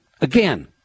Again